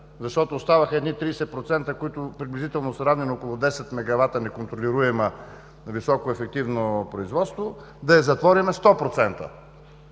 защото оставаха 30%, които приблизително са равни на около 10 мегавата неконтролируемо високоефективно производство, да е затворена 100%.